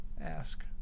ask